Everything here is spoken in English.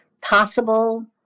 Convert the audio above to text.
possible